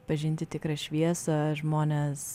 pažinti tikrą šviesą žmonės